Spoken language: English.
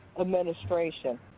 administration